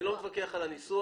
אני לא מתווכח על הניסוח.